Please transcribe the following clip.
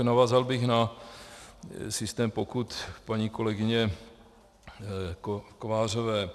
Navázal bych na systém pokut paní kolegyně Kovářové.